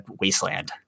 wasteland